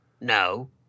No